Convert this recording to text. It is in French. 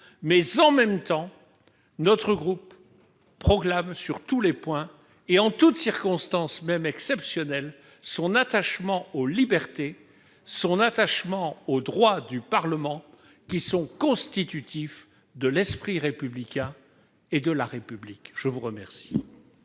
dans le même temps, notre groupe tient à réaffirmer, en tout point et en toutes circonstances, même exceptionnelles, son attachement aux libertés, son attachement aux droits du Parlement, qui sont constitutifs de l'esprit républicain et de la République. La parole